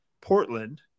Portland